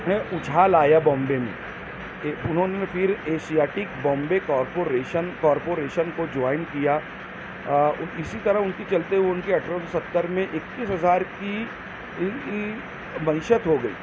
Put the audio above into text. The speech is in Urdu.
میں اچھال آیا بامبے میں کہ انہوں نے پھر ایشیاٹک بامبے کارپوریشن کارپوریشن کو جوائن کیا اسی طرح ان کی چلتے ہوئے ان کے اٹھارہ سو ستر میں اکیس ہزار کی ان کی معیشت ہو گئی